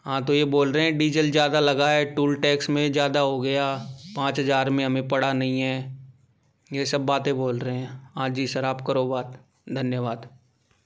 हाँ तो ये बोल रहे हैं डीजल ज्यादा लगा है टूल टैक्स में ज्यादा हो गया पाँच हजार में हमें पड़ा नहीं है ये सब बातें बोल रहे हैं हाँ जी सर आप करो बात धन्यवाद